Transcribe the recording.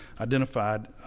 identified